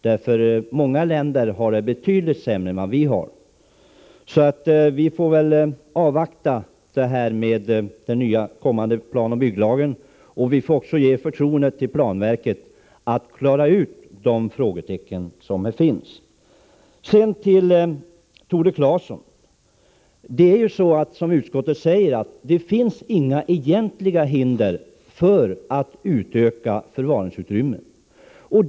Många länder har det betydligt sämre än vi. Vi får avvakta den kommande planoch bygglagen, och vi får ge planverket förtroendet att räta ut de frågetecken som finns. Till Tore Claeson: Som utskottet säger finns det inga egentliga hinder för att utöka förrådsutrymmena.